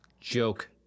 Joke